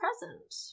present